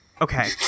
okay